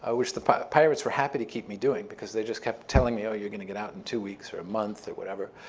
ah which the pirates were happy to keep me doing because they just kept telling me, oh, you're going to get out in two weeks or a month or whatever,